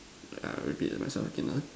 uh I repeat myself again ah